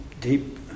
deep